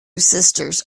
sisters